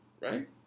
right